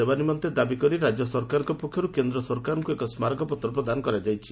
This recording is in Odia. ଦେବା ପାଇଁ ଦାବି କରି ରାଜ୍ୟ ସରକାରଙ୍ ପକ୍ଷରୁ କେନ୍ଦ ସରକାରଙ୍ ୁ ଏକ ସ୍କାରକପତ୍ର ପ୍ରଦାନ କରାଯାଇଛି